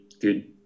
good